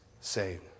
saved